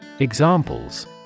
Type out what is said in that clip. Examples